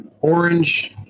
orange